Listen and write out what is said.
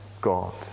God